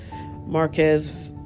Marquez